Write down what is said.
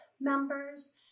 members